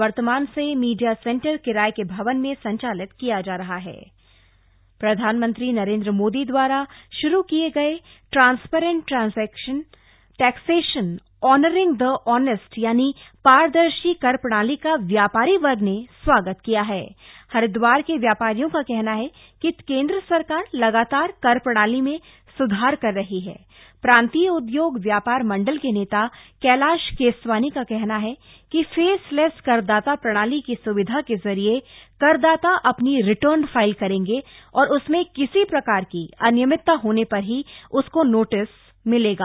वर्तमान मे media centre किराये के भवन में संचालित किया जा रहा हप फेसलेस करदाता प्रधानमंत्री नरेंद्र मोदी दवारा शुरू किये गए transparent taxation honouring the honest यानि पारदर्शी कर प्रणाली का व्यापारी वर्ग ने स्वागत किया हण हरिदवार के व्यापारियों का कहना ह कि केंद्र सरकार लगातार कर प्रणाली में सुधार कर रही हथ प्रांतीय उद्योग व्यापार मंडल के नेता कालाश केसवानी का कहना है कि फेसलेस करदाता प्रणाली की सुविधा के जरिए करदाता अपनी रिटर्न फाइल करेंगे और उसमें किसी प्रकार की अनियमितता होने पर ही उसको नोटिस मिलेगा